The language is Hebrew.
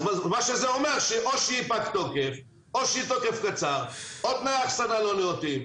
זה אומר שאו שהמוצר פג תוקף או שתוקף קצר או תנאי אחסנה לא נאותים.